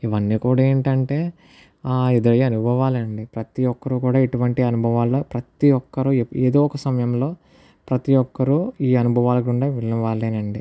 ఇవన్నీ కూడా ఏంటంటే ఎదురయ్యే అనుభవాలు అండి ప్రతి ఒక్కరు కూడా ఇటువంటి అనుభవాల్లో ప్రతి ఒక్కరూ ఏదో ఒక సమయంలో ప్రతి ఒక్కరూ ఈ అనుభవాలగుండా వెళ్లిన వాళ్ళేనండి